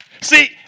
see